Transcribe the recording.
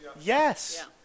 Yes